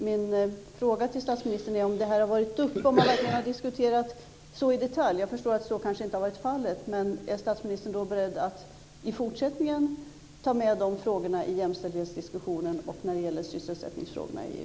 Min fråga till statsministern är om detta har varit uppe och om man verkligen har diskuterat så i detalj. Jag förstår att så kanske inte har varit fallet. Men är statsministern då beredd att i fortsättningen ta med dessa frågor i jämställdhetsdiskussionen och när det gäller sysselsättningsfrågorna i EU?